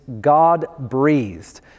God-breathed